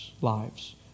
lives